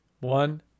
One